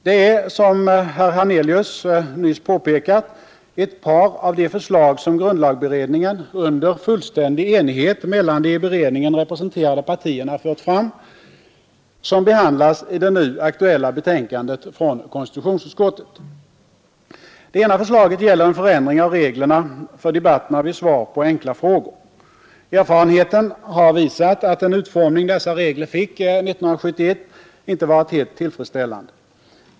Det är, som herr Hernelius nyss påpekat, ett par av de förslag som grundlagberedningen under fullständig enighet mellan de i beredningen representerade partierna fört fram som behandlas i det nu aktuella betänkandet från konstitutionsutskottet. Det ena förslaget gäller en förändring av reglerna för debatterna vid svar på enkla frågor. Erfarenheten har visat att den utformning d regler fick 1971 inte varit helt tillfredsställande.